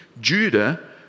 Judah